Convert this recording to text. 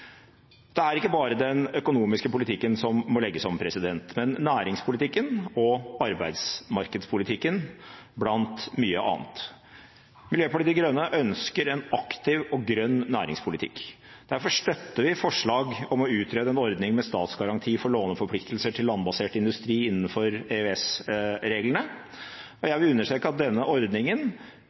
Det er ikke bare den økonomiske politikken som må legges om, men også næringspolitikken og arbeidsmarkedspolitikken, blant mye annet. Miljøpartiet De Grønne ønsker en aktiv og grønn næringspolitikk. Derfor støtter vi forslag om å utrede en ordning med statsgaranti for låneforpliktelser til landbasert industri innenfor EØS-reglene, og jeg vil understreke at denne ordningen